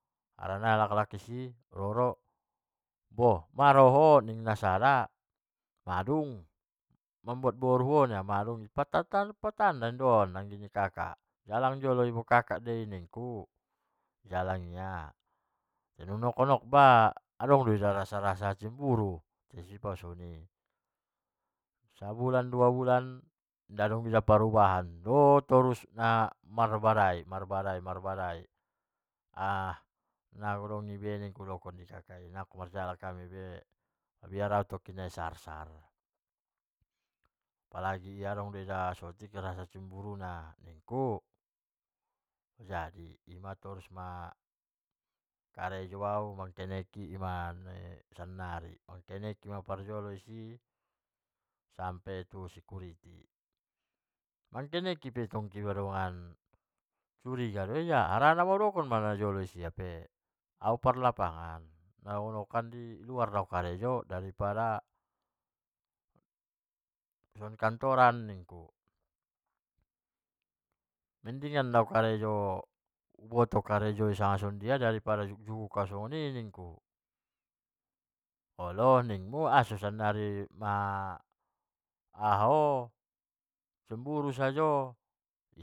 Haran alak-alak isi muda ro, bo maroho ninna sada, madung mambuat boru ho madung papa tanda don anggik ni kakak, jalang bondon kakak doi nikku, jalang ia tai dong honok-honok ba adong do urasa rasa-erasa cemburu, sabulan dua bulan inda dong lala perubahan, dor torus ulala marbadai, marbadai marbadai nadong i be nakkon so torus hamu marjagal, mabiar au sattokkin nai sar-sar, harana adong do saotik parcemburu na nikku, jadi torus ma karejo u mangkenek ma sampe sannari mapojolo isi sampe tu skurity, mangkenek pe ibantong cemburu do ia, maudokkon do usia, au parkarejo lapangan nahokan di luar do au dari pada di lapangan dari pada kantoran nikku, mendingan o uboto karejo i dari pada sanga songon dia au lek karejoi, olo nimmu asi sannari lwng aha ho cemburu sajo.